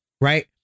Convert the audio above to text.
right